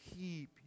keep